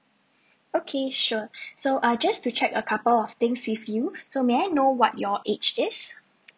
okay sure so uh just to check a couple of things with you so may I know what your age is